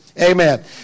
Amen